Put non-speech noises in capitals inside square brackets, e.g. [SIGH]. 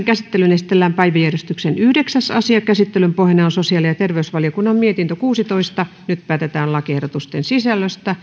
[UNINTELLIGIBLE] käsittelyyn esitellään päiväjärjestyksen yhdeksäs asia käsittelyn pohjana on sosiaali ja terveysvaliokunnan mietintö kuusitoista nyt päätetään lakiehdotusten sisällöstä [UNINTELLIGIBLE]